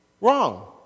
Wrong